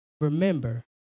Remember